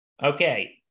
Okay